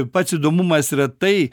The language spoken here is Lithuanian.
pats įdomumas yra tai